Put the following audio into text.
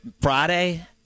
Friday